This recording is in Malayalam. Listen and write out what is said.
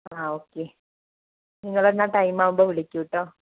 ആ ഓക്കേ നിങ്ങളെന്നാൽ ടൈമാവുമ്പോൾ വിളിക്കൂ കേട്ടോ